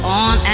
on